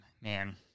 Man